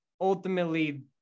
ultimately